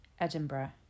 Edinburgh